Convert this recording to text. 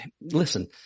listen